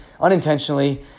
unintentionally